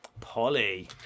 Polly